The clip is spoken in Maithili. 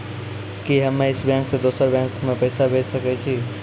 कि हम्मे इस बैंक सें दोसर बैंक मे पैसा भेज सकै छी?